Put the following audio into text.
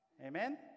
Amen